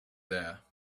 there